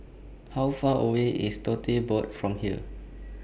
How Far away IS Tote Board from here